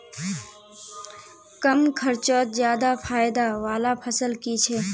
कम खर्चोत ज्यादा फायदा वाला फसल की छे?